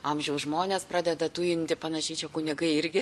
amžiaus žmones pradeda tujinti panašiai čia kunigai irgi